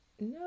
no